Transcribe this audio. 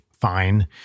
fine